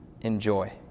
enjoy